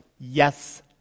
yes